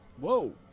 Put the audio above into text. Whoa